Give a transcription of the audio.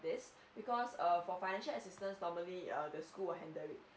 this because err for financial assistance normally err the school will handle it